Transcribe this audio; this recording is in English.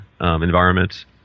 environments